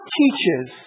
teaches